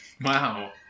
Wow